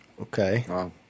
Okay